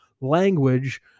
language